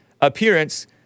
appearance